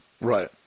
Right